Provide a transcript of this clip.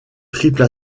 triple